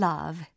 Love